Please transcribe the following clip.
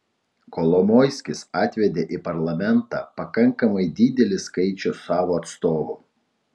kolomoiskis atvedė į parlamentą pakankamai didelį skaičių savo atstovų